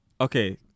okay